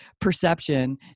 perception